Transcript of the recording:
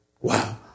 Wow